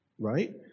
right